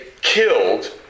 killed